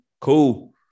cool